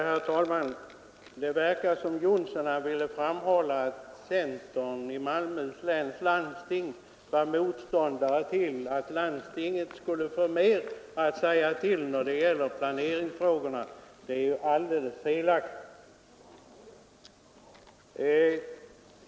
Herr talman! Det verkar som om herr Johnsson i Blentarp ville framhålla att centern i Malmöhus läns landsting var motståndare till att landstinget skulle få mer att säga till om när det gäller planeringsfrågorna. Det är ju helt felaktigt.